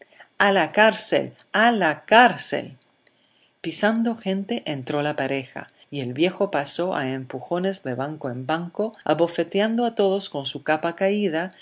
a la cárcel a la cárcel pisando gente entró la pareja y el viejo pasó a empujones de banco en banco abofeteando a todos con su capa caída